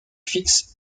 fixe